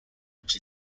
which